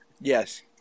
Yes